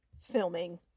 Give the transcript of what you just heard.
filming